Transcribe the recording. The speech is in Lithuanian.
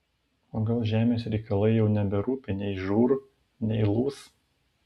o gal žemės reikalai jau neberūpi nei žūr nei lūs